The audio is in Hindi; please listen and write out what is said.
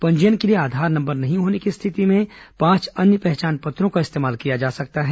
पंजीयन के लिए आधार नंबर नहीं होने की स्थिति में पांच अन्य पहचान पत्रों का इस्तेमाल किया जा सकता है